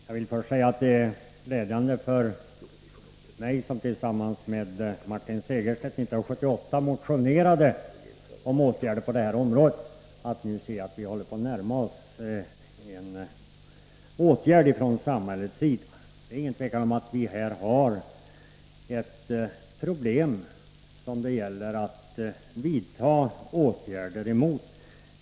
Herr talman! Jag vill börja med att säga att det är glädjande för mig, som tillsammans med Martin Segerstedt år 1978 motionerade om åtgärder på det här området, att nu se att vi håller på att närma oss krav från samhällets sida. Det är inget tvivel om att vi här har ett problem, som det gäller att vidta åtgärder emot.